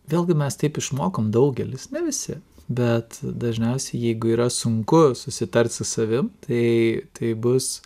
vėlgi mes taip išmokom daugelis ne visi bet dažniausiai jeigu yra sunku susitart su savim tai tai bus